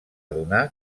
adonar